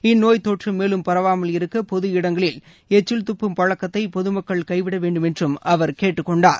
இந்நோய் தொற்று மேலும் பரவாமல் இருக்க பொது இடங்களில் எச்சில் துப்பும் பழக்கத்தை பொது மக்கள் கைவிட வேண்டும் என்றும் அவர் கேட்டுக்கொண்டார்